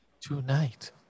tonight